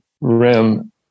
rim